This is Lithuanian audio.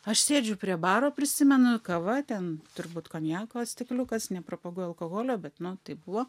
aš sėdžiu prie baro prisimenu kava ten turbūt konjako stikliukas nepropaguoju alkoholio bet nu taip buvo